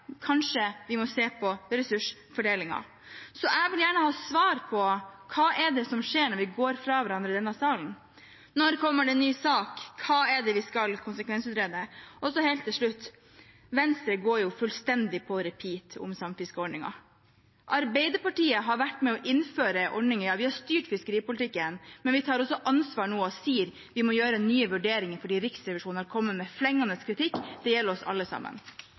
kanskje vi må se på ressursfordelingen? Så jeg vil gjerne ha svar på hva det er som skjer når vi går fra hverandre i denne salen. Når kommer det en ny sak? Hva er det vi skal konsekvensutrede? Så helt til slutt: Venstre går jo fullstendig på repeat om samfiskeordningen. Arbeiderpartiet har vært med på å innføre en ordning. Ja, vi har styrt fiskeripolitikken, men vi tar også ansvar nå og sier: Vi må gjøre nye vurderinger, for Riksrevisjonen har kommet med flengende kritikk. Det gjelder oss alle sammen.